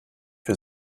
für